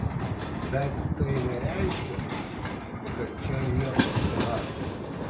bet tai nereiškia kad čia nieko nėra